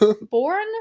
born